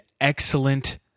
excellent